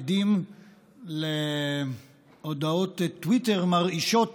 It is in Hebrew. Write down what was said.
עדים להודעות טוויטר מרעישות